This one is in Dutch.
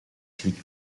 schrik